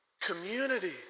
community